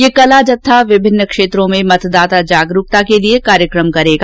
ये कला जत्था विभिन्न क्षेत्रो में मतदाता जागरूकता के लिए कार्यक्रम करेगा